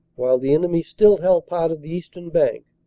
while the enemy still held part of the eastern bank.